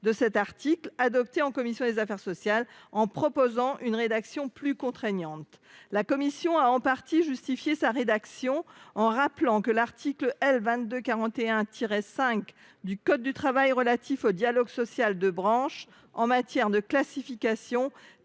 de cet article 1, adopté en commission des affaires sociales, en proposant une rédaction plus contraignante. La commission a en partie justifié sa rédaction en rappelant que l’article L. 2241 15 du code du travail relatif au dialogue social de branche en matière de classifications